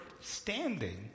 standing